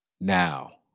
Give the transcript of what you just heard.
now